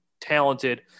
talented